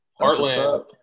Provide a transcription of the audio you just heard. Heartland